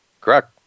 Correct